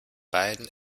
beiden